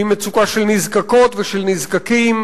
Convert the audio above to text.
היא מצוקה של נזקקות ושל נזקקים,